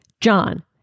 John